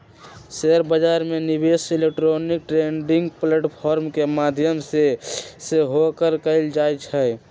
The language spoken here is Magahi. शेयर बजार में निवेश इलेक्ट्रॉनिक ट्रेडिंग प्लेटफॉर्म के माध्यम से सेहो कएल जाइ छइ